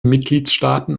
mitgliedstaaten